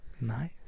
Nice